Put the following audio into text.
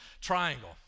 Triangle